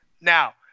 Now